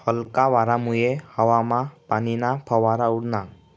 हलका वारामुये हवामा पाणीना फवारा उडना